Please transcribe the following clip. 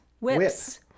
Whips